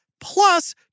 plus